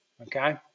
Okay